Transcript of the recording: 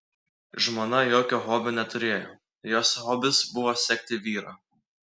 žmona jokio hobio neturėjo jos hobis buvo sekti vyrą